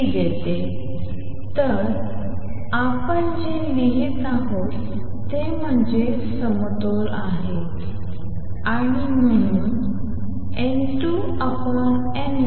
देते तर आपण जे लिहित आहोत ते म्हणजे समतोल A21N2 uTN1B120 आहे आणि म्हणून N2N1B12uTA21